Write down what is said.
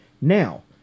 Now